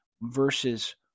versus